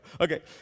Okay